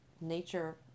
nature